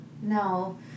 No